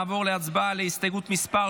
נעבור להצבעה על הסתייגות מס'